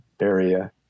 area